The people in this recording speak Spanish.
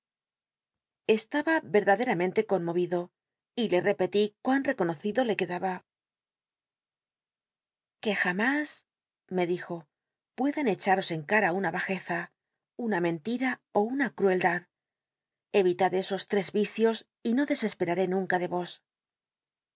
estaba vcr'lladcramenlc conmovido y le repetí cmin reconocido le quedaba que jam is me dijo puedan echaros en cata ucldad eritad una bajeza una mcntim ó una cr esos lrcs vicios y no clesesperaté nunca ele vos